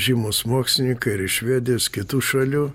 žymūs mokslininkai ir švedijos kitų šalių